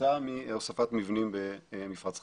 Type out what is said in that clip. כתוצאה מהוספת מבנים במפרץ חיפה.